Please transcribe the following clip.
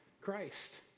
christ